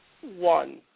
One